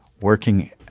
working